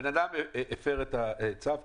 הבן-אדם הפר את הצו,